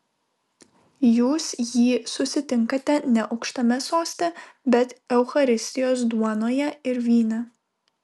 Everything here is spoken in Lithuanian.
jūs jį susitinkate ne aukštame soste bet eucharistijos duonoje ir vyne